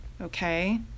Okay